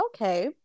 okay